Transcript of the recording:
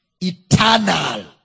Eternal